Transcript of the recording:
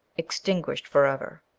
extinguished for ever.